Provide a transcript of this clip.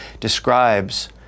describes